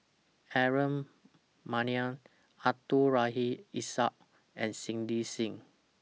Aaron Maniam Abdul Rahim Ishak and Cindy SIM